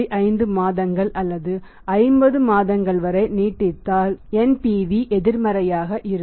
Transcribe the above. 5 மாதங்கள் அல்லது 50 மாதங்கள் வரை நீட்டித்தால் NPV எதிர்மறையாக இருக்கும்